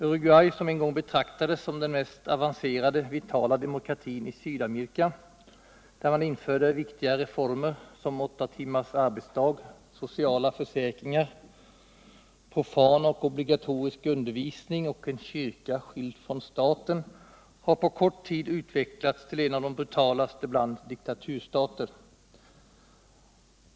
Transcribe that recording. Uruguay som en gång betraktades som den mest avancerade vitala demokratin i Sydamerika, där man införde viktiga reformer som åtta timmars arbetsdag, sociala försäkringar, profan och obligatorisk undervisning och en kyrka skild från staten, har på kort tid utvecklats till en av de brutalaste bland diktaturstater.